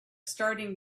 starting